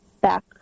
back